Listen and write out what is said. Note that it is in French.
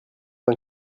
uns